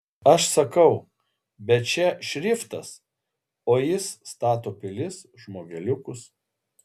aš sakau bet čia šriftas o jis stato pilis žmogeliukus